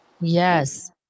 yes